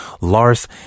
Lars